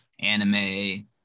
anime